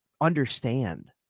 Understand